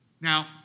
Now